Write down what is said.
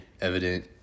evident